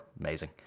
Amazing